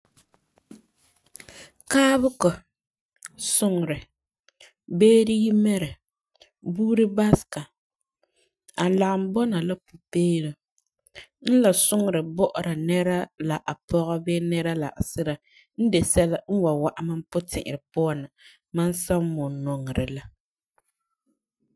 Kãabegɔ, suŋerɛ, beere yimɛrɛ, buuri basega, alagum bɔna la pupeelum la suŋerɛ bɔ'ɔra nɛra la a pɔga bee nɛra la a sira n de sɛla n wan wa'am mam puti'irɛ na mam san wum nɔŋerɛ la.